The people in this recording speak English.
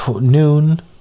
noon